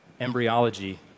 embryology